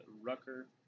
Rucker